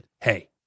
Hey